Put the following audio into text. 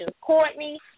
Courtney